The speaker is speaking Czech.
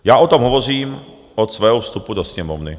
Já o tom hovořím od svého vstupu do Sněmovny.